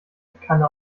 kanne